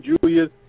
Julius